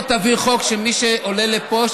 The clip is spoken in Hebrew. בוא תעביר חוק שמי שעולה לפה,